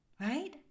right